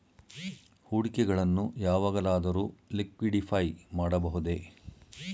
ಹೂಡಿಕೆಗಳನ್ನು ಯಾವಾಗಲಾದರೂ ಲಿಕ್ವಿಡಿಫೈ ಮಾಡಬಹುದೇ?